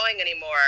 anymore